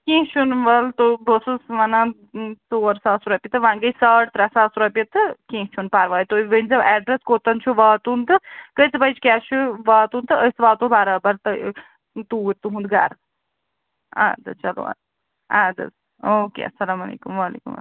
کیٚنٛہہ چھُنہٕ وَلہٕ تہٕ بہٕ ٲسٕس وَنان ژور ساس رۄپیہِ تہٕ وۄنۍ گٔے ساڑ ترٛےٚ ساس رۄپیہِ تہٕ کیٚنٛہہ چھُنہٕ پَرواے تُہۍ ؤنۍزیٚو ایٚڈرس کوٚت چھُ واتُن تہٕ کٔژِ بَجہِ کیٛاہ چھُ واتُن تہٕ أسۍ واتو برابر تۅہہِ توٗرۍ تُہُنٛد گَرٕ اَدٕ حظ چلو اَد اَدٕ حظ او کے اسلامُ علیکم وعلیکُم اسلام